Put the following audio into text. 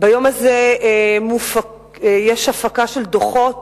ביום הזה יש הפקה של דוחות